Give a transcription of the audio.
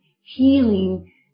healing